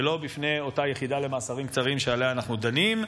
ולא בפני אותה יחידה למאסרים קצרים שבה אנחנו דנים.